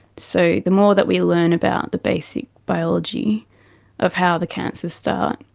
so the more that we learn about the basic biology of how the cancers start,